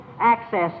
access